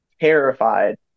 terrified